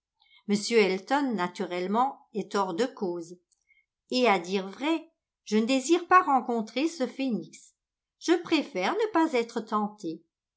m elton naturellement est hors de cause et à dire vrai je ne désire pas rencontrer ce phénix je préfère ne pas être tentée